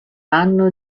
anno